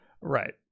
right